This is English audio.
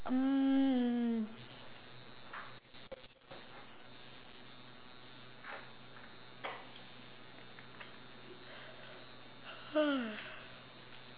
mm